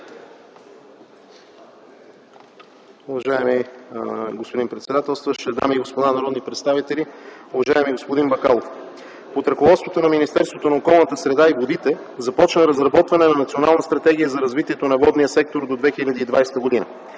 Уважаеми господин председател, дами и господа народни представители! Уважаеми господин Бакалов, под ръководството на Министерството на околната среда и водите започва разработване на Национална стратегия за развитие на водния сектор до 2020 г.